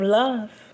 love